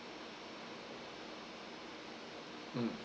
mm